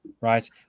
right